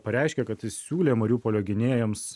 pareiškė kad jis siūlė mariupolio gynėjams